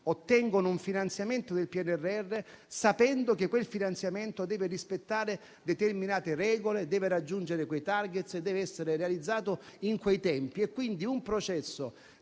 ottengano un finanziamento del PNRR sapendo che quel finanziamento deve rispettare determinate regole, deve raggiungere quei *target* e deve essere realizzato in quei tempi. Quindi, un processo